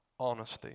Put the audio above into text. honesty